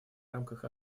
рамках